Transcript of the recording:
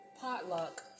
potluck